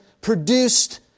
produced